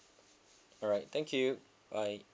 alright thank you bye